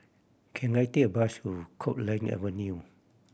can I take a bus to Copeland Avenue